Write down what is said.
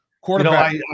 Quarterback